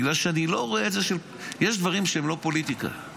בגלל שיש דברים שהם לא פוליטיקה,